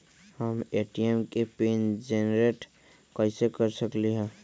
हम ए.टी.एम के pin generate कईसे कर सकली ह?